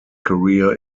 career